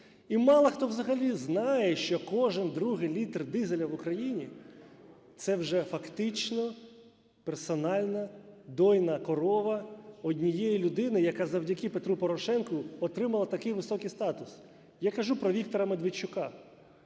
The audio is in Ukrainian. І мало хто взагалі знає, що кожен другий літр дизеля в Україні - це вже фактично персональна дійна корова однієї людини, яка завдяки Петру Порошенку отримала такий високий статус. Я кажу про Віктора Медведчука.